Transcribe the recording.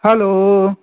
hello